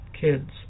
kids